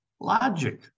logic